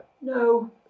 no